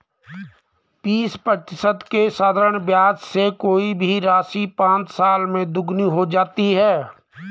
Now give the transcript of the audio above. बीस प्रतिशत के साधारण ब्याज से कोई भी राशि पाँच साल में दोगुनी हो जाती है